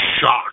shock